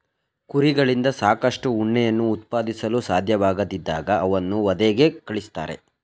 ಕುರಿಗಳಿಂದ ಸಾಕಷ್ಟು ಉಣ್ಣೆಯನ್ನು ಉತ್ಪಾದಿಸಲು ಸಾಧ್ಯವಾಗದಿದ್ದಾಗ ಅವನ್ನು ವಧೆಗೆ ಕಳಿಸ್ತಾರೆ